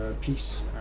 peace